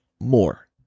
more